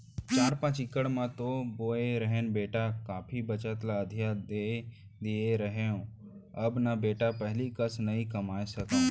चार पॉंच इकड़ म तो बोए रहेन बेटा बाकी बचत ल अधिया दे दिए रहेंव अब न बेटा पहिली कस नइ कमाए सकव